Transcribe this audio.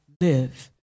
live